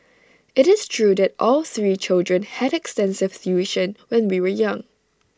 IT is true that all three children had extensive tuition when we were young